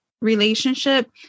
relationship